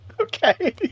Okay